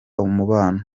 umubano